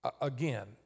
Again